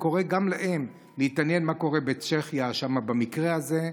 וקורא גם להן להתעניין במה שקורה בצ'כיה במקרה הזה.